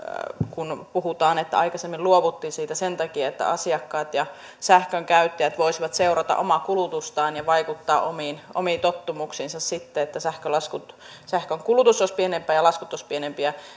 kun puhutaan että aikaisemmin luovuttiin siitä sen takia että asiakkaat ja sähkön käyttäjät voisivat seurata omaa kulutustaan ja vaikuttaa omiin omiin tottumuksiinsa että sähkön kulutus olisi pienempää ja laskutus pienempi